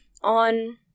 on